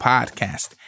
Podcast